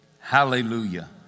Hallelujah